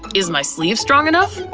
is my sleeve strong enough?